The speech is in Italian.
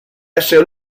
essere